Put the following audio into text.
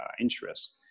interest